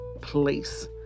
place